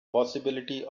possibility